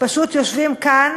פשוט יושבים כאן